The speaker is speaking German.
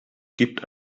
gibt